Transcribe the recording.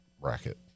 bracket